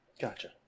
Gotcha